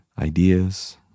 ideas